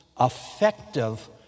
effective